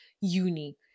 uni